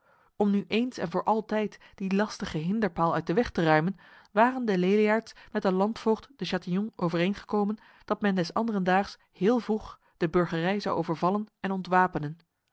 om nu eens en voor altijd die lastige hinderpaal uit de weg te ruimen waren de leliaards met de landvoogd de chatillon overeengekomen dat men des anderendaags heel vroeg de burgerij zou overvallen en ontwapenen